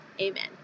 amen